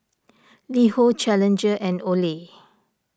LiHo Challenger and Olay